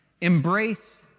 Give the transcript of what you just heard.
embrace